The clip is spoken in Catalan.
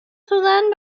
sudan